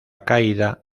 caída